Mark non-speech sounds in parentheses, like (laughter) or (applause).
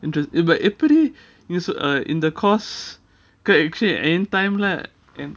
interes~ but எப்படி:eppadi i~ uh in the course (laughs) actually anytime lah